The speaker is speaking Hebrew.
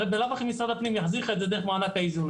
הרי בלאו הכי משרד הפנים יחזיר לך את זה דרך מענק האיזון.